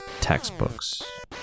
textbooks